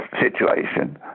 situation